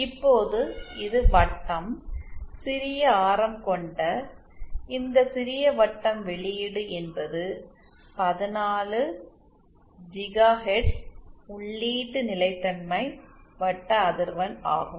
இப்போது இது வட்டம் சிறிய ஆரம் கொண்ட இந்த சிறிய வட்டம் வெளியீடு என்பது 14 ஜிகாஹெர்ட்ஸ் உள்ளீட்டு நிலைத்தன்மை வட்ட அதிர்வெண் ஆகும்